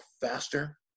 faster